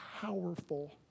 powerful